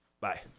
Bye